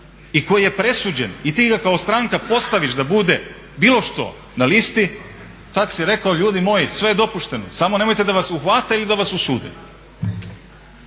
i koji je presuđen i ti ga kao stranka postaviš da bude bilo što na listi tad si rekao ljudi moji sve je dopušteno samo nemojte da vas uhvate ili da vas osude.